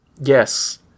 Yes